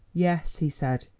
yes, he said,